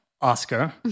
Oscar